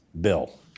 bill